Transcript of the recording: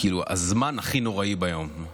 הזמן הכי נוראי ביום.